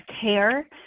care